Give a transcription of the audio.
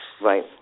Right